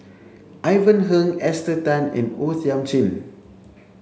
Ivan Heng Esther Tan and O Thiam Chin